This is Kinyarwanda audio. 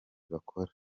bakora